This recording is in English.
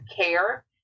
care